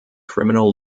criminal